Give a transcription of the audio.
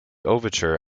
overture